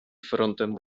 frontem